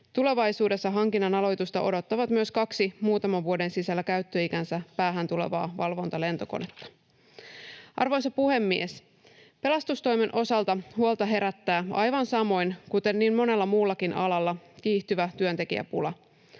Tulevaisuudessa hankinnan aloitusta odottavat myös kaksi muutaman vuoden sisällä käyttöikänsä päähän tulevaa valvontalentokonetta. Arvoisa puhemies! Pelastustoimen osalta huolta herättää, aivan samoin kuin niin monella muullakin alalla, kiihtyvä työntekijäpula.